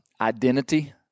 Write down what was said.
identity